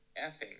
effing